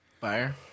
Fire